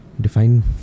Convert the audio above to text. define